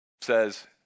says